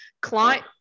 client